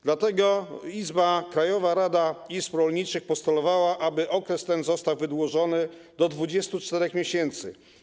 Dlatego Krajowa Rada Izb Rolniczych postulowała, aby okres ten został wydłużony do 24 miesięcy.